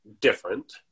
different